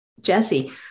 Jesse